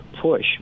push